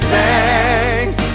thanks